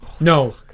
No